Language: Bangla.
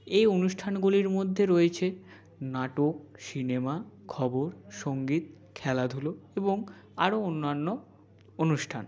এই অনুষ্ঠানগুলির মধ্যে রয়েছে নাটক সিনেমা খবর সংগীত খেলাধুলো এবং আরো অন্যান্য অনুষ্ঠান